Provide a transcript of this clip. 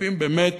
משותפים באמת